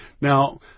Now